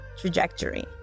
trajectory